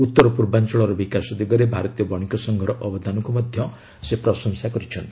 ଉତ୍ତର ପୂର୍ବାଞ୍ଚଳର ବିକାଶ ଦିଗରେ ଭାରତୀୟ ବଣିକ ସଂଘର ଅବଦାନକୁ ମଧ୍ୟ ସେ ପ୍ରଶଂସା କରିଛନ୍ତି